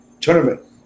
tournament